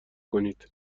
کنید